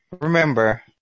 remember